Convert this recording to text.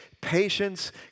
patience